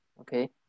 okay